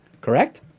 Correct